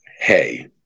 hey